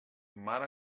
mar